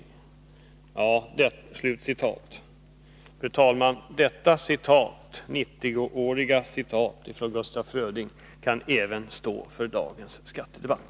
Fru talman! Dessa ord av Gustaf Fröding för 90 år sedan kan även gälla för dagens skattedebatt.